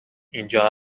اینجا